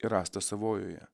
rąstą savojoje